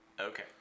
Okay